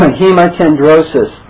hematendrosis